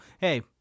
Hey